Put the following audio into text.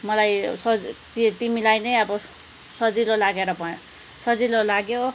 मलाई सज तिमीलाई नै अब सजिलो लागेर भए सजिलो लाग्यो